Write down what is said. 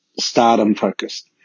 stardom-focused